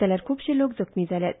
जाल्यार जायते लोक जखमी जाल्यात